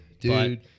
dude